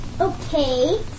Okay